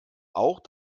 auch